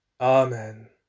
Amen